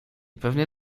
pewnie